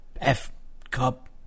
F-cup